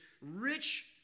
rich